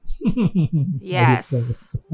yes